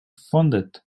funded